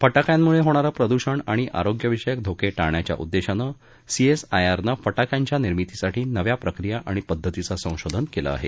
फटाक्यांमुळे होणारं प्रदूषण आणि आरोग्यविषयक धोके टाळण्याच्या उद्देशानं सीएसआयआरनं फटाक्यांच्या निर्मितीसाठी नव्या प्रक्रिया आणि पद्धतीचं संशोधन केलं आहे